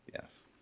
yes